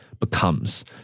becomes